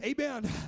Amen